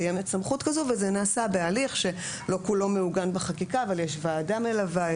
זה נעשה בהליך שאומנם לא כולו מעוגן בחקיקה אבל כן יש ועדה מלווה,